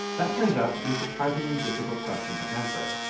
that turns out to be a surprisingly difficult question to answer.